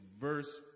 verse